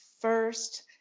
First